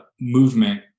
movement